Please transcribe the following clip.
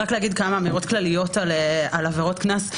אני רק אגיד כמה אמירות כלליות על עבירות קנס.